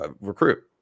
recruit